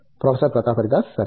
professor Pratap Haridas సరే